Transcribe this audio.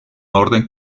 orden